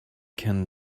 can